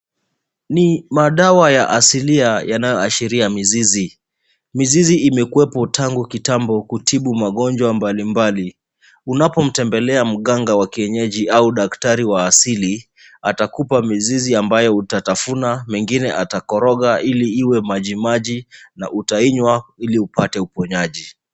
Ni madawa ya asili yanayo ashiria mizizi. Mizizi imekuwepo tangu kitambo kutibu magonjwa mbali mbali. Unapomtembelea mganga wa kienyeji au daktari wa asili atakupa mizizi ambayo utatafuna mengine atakoroga ili iwe maji maji na utainywa ili upate uponyaji.